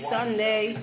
Sunday